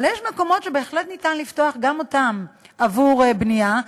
אבל יש מקומות שבהחלט ניתן לפתוח גם אותם עבור בנייה,